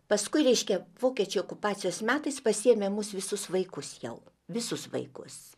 paskui reiškia vokiečių okupacijos metais pasiėmė mus visus vaikus jau visus vaikus